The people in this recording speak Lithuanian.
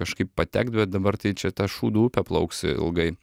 kažkaip patekt bet dabar tai čia ta šūdų upė plauksi ilgai